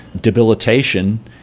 debilitation